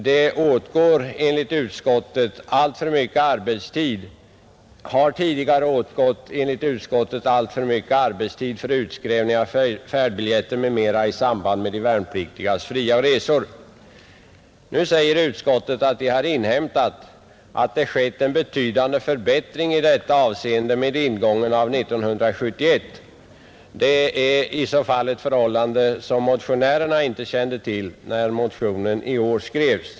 Det har, enligt utskottet, tidigare åtgått alltför mycket arbetstid för utskrivning av färdbiljetter m.m. i samband med de värnpliktigas fria resor. Nu säger sig utskottet ha inhämtat att det skett en betydande förbättring i detta avseende med ingången av 1971. Det är i så fall ett förhållande som motionärerna inte kände till när motionen i år skrevs.